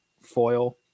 foil